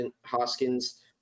Hoskins